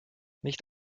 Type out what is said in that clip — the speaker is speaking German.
nicht